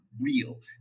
real